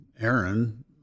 Aaron